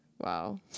wow